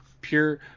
pure